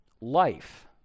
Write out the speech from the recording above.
Life